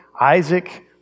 Isaac